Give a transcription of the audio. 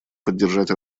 поддержать